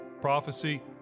prophecy